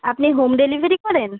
আপনি home delivery করেন